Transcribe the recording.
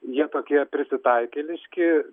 jie tokie prisitaikėliški